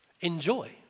Enjoy